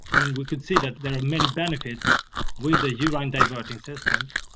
and we could see that there were many benefits with the urine diverting systems.